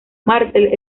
martel